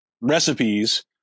recipes